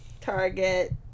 target